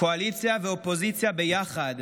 קואליציה ואופוזיציה ביחד,